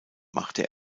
machte